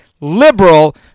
liberal